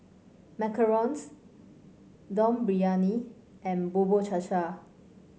macarons Dum Briyani and Bubur Cha Cha